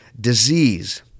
disease